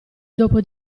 dopo